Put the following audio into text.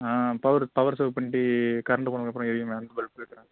ஆ power power save பண்ட்டு current போனதுக்கப்புறம் எரியும் அந்த பல்ப்பு கேக்கிறேன்